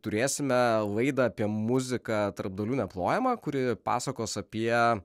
turėsime laidą apie muziką tarp dalių neplojama kuri pasakos apie